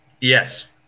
Yes